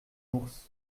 ours